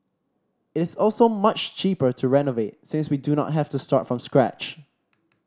it's also much cheaper to renovate since we do not have to start from scratch